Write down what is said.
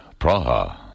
Praha